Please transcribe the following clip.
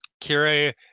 Kira